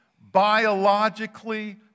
biologically